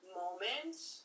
moments